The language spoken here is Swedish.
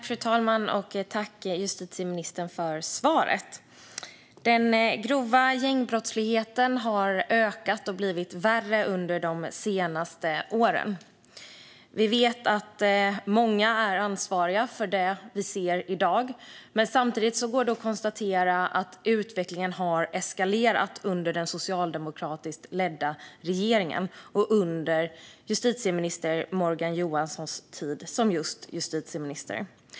Fru talman! Tack, justitieministern, för svaret! Den grova gängbrottsligheten har ökat och blivit värre under de senaste åren. Vi vet att många är ansvariga för det vi ser i dag, men samtidigt går det att konstatera att utvecklingen har eskalerat under den socialdemokratiskt ledda regeringen och under justitieminister Morgan Johanssons tid som just justitieminister.